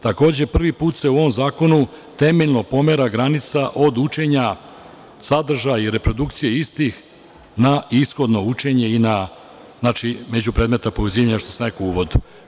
Takođe, prvi put se u ovom zakonu, temeljno pomera granica od učenja sadržaja i reprodukcije istih na ishodno učenje, znači između predmeta povezivanja, što sam rekao da se uvodi.